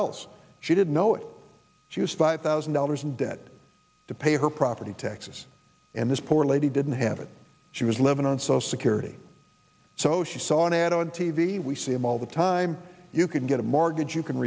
else she didn't know it she was five thousand dollars in debt to pay her property taxes and this poor lady didn't have it she was living on social security so she saw an ad on t v we see em all the time you can get a mortgage you can